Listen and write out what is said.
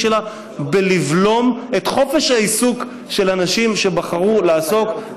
שלה בלבלום את חופש העיסוק של אנשים שבחרו לעסוק,